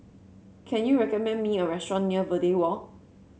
can you recommend me a restaurant near Verde Walk